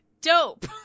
Dope